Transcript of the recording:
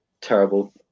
terrible